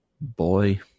Boy